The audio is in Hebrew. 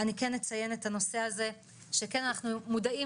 אני כן אציין את הנושא הזה שכן אנחנו מודעים